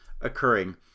occurring